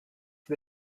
der